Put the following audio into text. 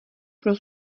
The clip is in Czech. pro